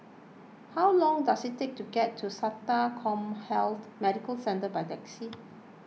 how long does it take to get to Sata CommHealth Medical Centre by taxi